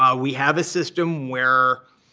um we have a system where,